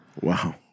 Wow